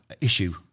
issue